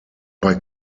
bei